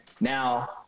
now